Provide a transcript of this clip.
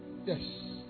Yes